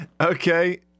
okay